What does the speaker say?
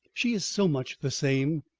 she is so much the same,